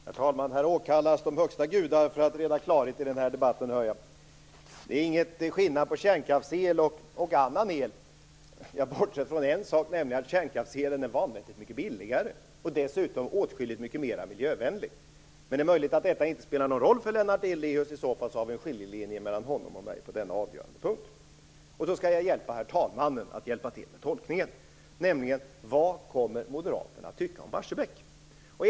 Herr talman! Här åkallas de högsta gudar för att man skall få klarhet i denna debatt. Det är ingen skillnad på kärnkraftsel och annan el, bortsett från en sak, nämligen att kärnkraftselen är vanvettigt mycket billigare och dessutom åtskilligt mycket mer miljövänlig. Men det är möjligt att detta inte spelar någon roll för Lennart Daléus. I så fall har vi en skiljelinje mellan honom och mig på den avgörande punkten. Jag skall hjälpa herr talmannen att hjälpa till med tolkningen när det gäller vad Moderaterna kommer att tycka om Barsebäck.